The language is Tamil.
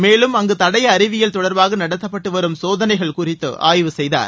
மேலும் அங்கு தடய அறிவியல் தொடர்பாக நடத்தப்பட்டு வரும் சோதனைகள் குறித்து ஆய்வு செய்தார்